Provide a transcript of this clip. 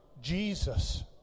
Jesus